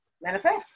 manifest